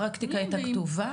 פרקטיקה שהיתה כתובה,